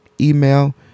email